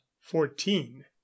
fourteen